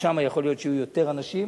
ושם יכול להיות שיהיו יותר אנשים.